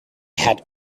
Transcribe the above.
had